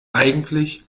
eigentlich